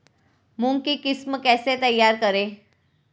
मूंग की किस्म कैसे तैयार करें?